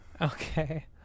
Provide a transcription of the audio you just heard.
Okay